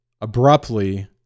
Abruptly